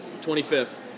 25th